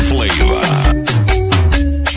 Flavor